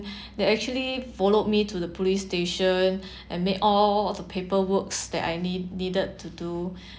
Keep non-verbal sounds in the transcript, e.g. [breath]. [breath] they actually followed me to the police station and made all paper works that I need needed to do